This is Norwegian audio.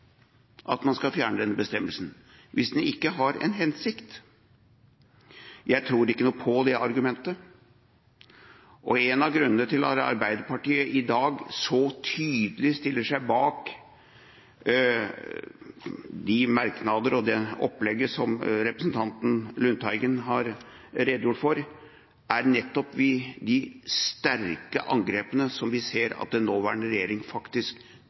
foreslår man da i det hele tatt å fjerne denne bestemmelsen, hvis den ikke har en hensikt? Jeg tror ikke noe på det argumentet. Og en av grunnene til at Arbeiderpartiet i dag så tydelig stiller seg bak de merknader og det opplegget som representanten Lundteigen har redegjort for, er nettopp de sterke angrepene som vi ser at den nåværende regjering faktisk